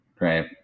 right